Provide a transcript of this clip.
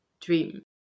dream